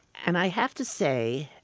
and i have to say,